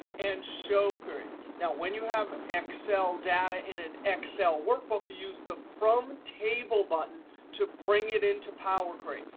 and show queries. now, when you have excel data in an excel workbook, you use the from table button to bring it into power create.